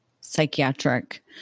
psychiatric